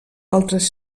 altres